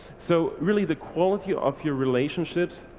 so really the quality of your relationships,